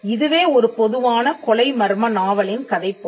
இதுவே ஒரு பொதுவான கொலை மர்ம நாவலின் கதைப் போக்கு